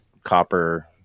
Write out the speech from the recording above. copper